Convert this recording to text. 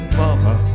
mama